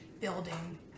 building